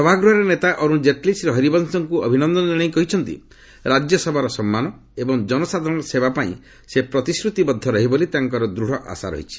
ସଭାଗୃହରେ ନେତା ଅରୁଣ ଜେଟ୍ଲୀ ଶ୍ରୀ ହରିବଂଶଙ୍କୁ ଅଭିନନ୍ଦନ କଣାଇ କହିଛନ୍ତି ରାଜ୍ୟସଭାର ସମ୍ମାନ ଏବଂ ଜନସାଧାରଣଙ୍କ ସେବା ପାଇଁ ସେ ପ୍ରତିଶ୍ରତିବଦ୍ଧ ରହିବେ ବୋଲି ତାଙ୍କର ଦୂଢ଼ ଆଶା ରହିଛି